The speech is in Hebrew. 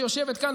שיושבת כאן,